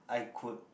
I could